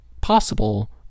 possible